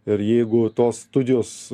ir jeigu tos studijos